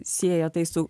sieja tai su